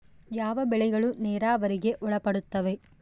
ಯಾವ ಬೆಳೆಗಳು ನೇರಾವರಿಗೆ ಒಳಪಡುತ್ತವೆ?